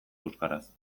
euskaraz